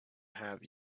have